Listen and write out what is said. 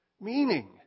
Meaning